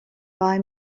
buy